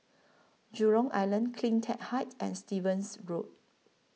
Jurong Island CleanTech Height and Stevens Road